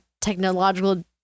technological